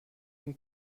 von